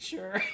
Sure